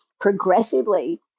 progressively